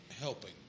helping